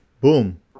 boom